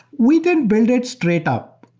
we didn't built it straight up.